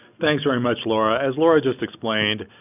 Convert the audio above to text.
thanks very much, laura. as laura just explained,